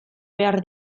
behar